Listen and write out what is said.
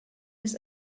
his